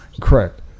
Correct